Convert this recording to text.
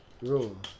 room